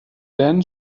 then